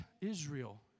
Israel